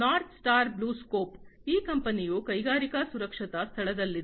north Star BlueScope ಈ ಕಂಪನಿಯು ಕೈಗಾರಿಕಾ ಸುರಕ್ಷತಾ ಸ್ಥಳದಲ್ಲಿದೆ